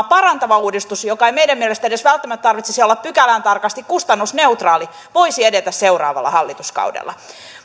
parantava uudistus jonka ei meidän mielestämme edes välttämättä tarvitsisi olla pykälän tarkasti kustannusneutraali voisi edetä seuraavalla hallituskaudella